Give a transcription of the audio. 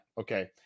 okay